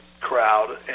crowd